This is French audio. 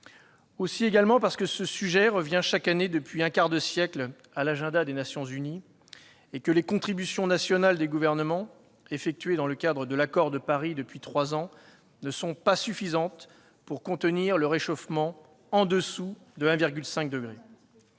Ensuite, parce que ce sujet revient chaque année depuis un quart de siècle à l'agenda des Nations unies et que les contributions nationales des gouvernements proposées dans le cadre de l'accord de Paris depuis trois ans ne sont pas suffisantes pour contenir le réchauffement en dessous de 1,5 degré.